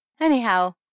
anyhow